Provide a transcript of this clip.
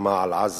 למלחמה על עזה.